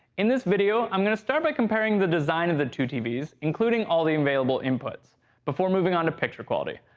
in this video i'm gonna start by comparing the design of the two tvs, including all the available inputs before moving on to picture quality.